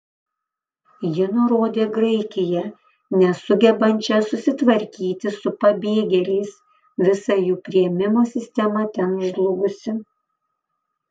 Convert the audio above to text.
ji nurodė graikiją nesugebančią susitvarkyti su pabėgėliais visa jų priėmimo sistema ten žlugusi